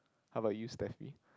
how about you Steffie